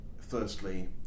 Firstly